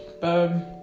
boom